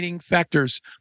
factors